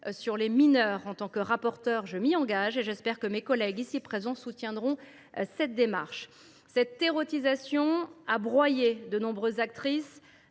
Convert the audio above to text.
lors des tournages. En tant que rapporteure, je m’y engage, et j’espère que mes collègues ici présents soutiendront cette démarche. Cette érotisation a broyé de nombreuses actrices,